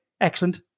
excellent